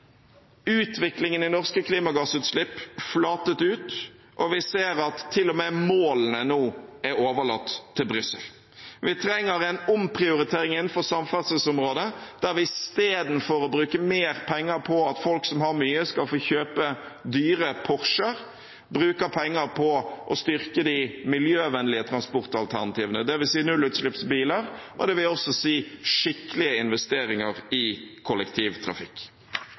utviklingen i norske klimagassutslipp har flatet ut, og vi ser at til og med målene nå er overlatt til Brussel. Vi trenger en omprioritering innenfor samferdselsområdet der vi istedenfor å bruke mer penger på at folk som har mye, skal få kjøpe dyre Porscher, bruker penger på å styrke de miljøvennlige transportalternativene, det vil si nullutslippsbiler, og det vil også si skikkelige investeringer i kollektivtrafikk.